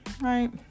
right